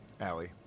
Allie